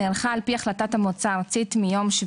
נערכה על-פי החלטת המועצה הארצית מיום 7